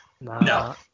no